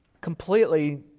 completely